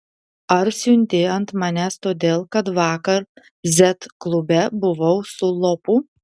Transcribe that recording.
ar siunti ant manęs todėl kad vakar z klube buvau su lopu